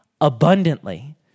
abundantly